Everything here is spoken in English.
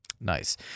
Nice